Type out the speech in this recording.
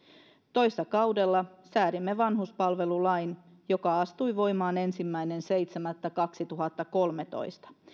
toissa kaudella säädimme vanhuspalvelulain joka astui voimaan ensimmäinen seitsemättä kaksituhattakolmetoista